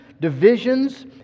divisions